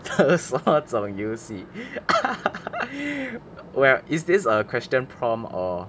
什么种游戏 well is this a question prompt or